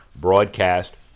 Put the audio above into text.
broadcast